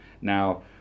now